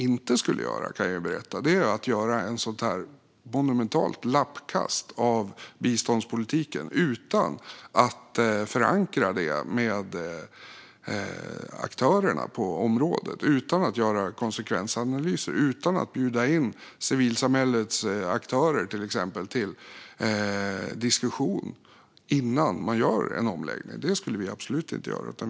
Jag kan berätta att vi inte skulle göra ett lika monumentalt lappkast inom biståndspolitiken som regeringen gör utan att förankra det med aktörerna på området, göra konsekvensanalyser eller bjuda in till exempel civilsamhällets aktörer till diskussion innan man gör en omläggning av politiken. Det skulle vi absolut inte göra.